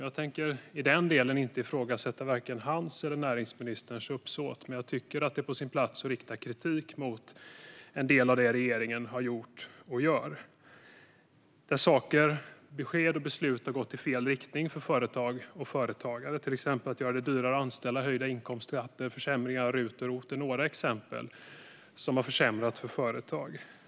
Jag tänker i den delen inte ifrågasätta vare sig hans eller näringsministerns uppsåt, men jag tycker att det är på sin plats att rikta kritik mot en del av det regeringen har gjort och gör. Besked och beslut har gått i fel riktning för företag och företagare. Man har gjort det dyrare att anställa, höjt inkomstskatterna och försämrat RUT och ROT. Det är några exempel på försämringar för företag.